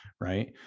right